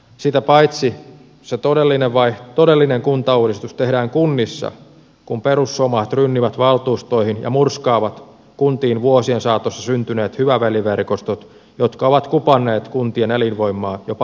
sitä paitsi se todellinen kuntauudistus tehdään kunnissa kun perussuomalaiset rynnivät valtuustoihin ja murskaavat kuntiin vuosien saatossa syntyneet hyvä veli verkostot jotka ovat kupanneet kuntien elinvoimaa jopa fataalilla tavalla